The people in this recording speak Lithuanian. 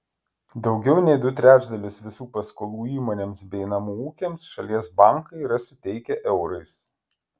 daugiau nei du trečdalius visų paskolų įmonėms bei namų ūkiams šalies bankai yra suteikę eurais